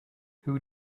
who